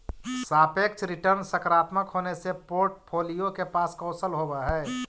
सापेक्ष रिटर्न सकारात्मक होने से पोर्ट्फोलीओ के पास कौशल होवअ हई